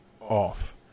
off